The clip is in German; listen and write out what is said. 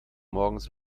morgens